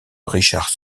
richard